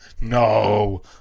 No